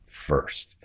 first